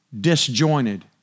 disjointed